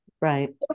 Right